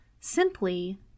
simply